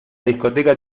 discoteca